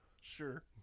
sure